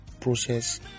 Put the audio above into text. process